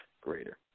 greater